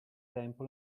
tempo